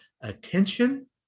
attention